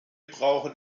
brauchen